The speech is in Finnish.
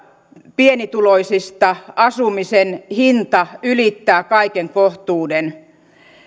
pienituloisista asumisen hinta ylittää kaiken kohtuuden